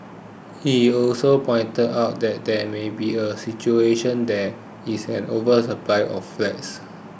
he also pointed out that there may be a situation there is an oversupply of flats